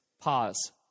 Pause